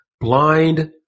blind